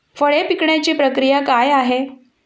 फळे पिकण्याची प्रक्रिया काय आहे?